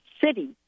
city